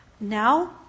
now